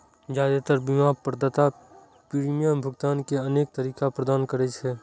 जादेतर बीमा प्रदाता प्रीमियम भुगतान के अनेक तरीका प्रदान करै छै